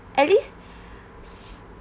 at least